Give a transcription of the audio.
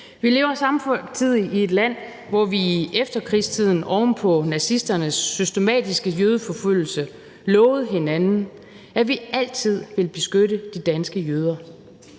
Vi lever samtidig i et land, hvor vi i efterkrigstiden oven på nazisternes systematiske jødeforfølgelse lovede hinanden, at vi altid ville beskytte de danske jøder.